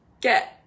get